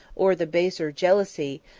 or the baser jealousy,